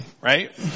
right